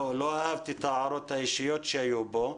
לא אהבתי את ההערות האישיות שהיו בו.